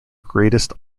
greatest